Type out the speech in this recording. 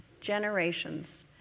generations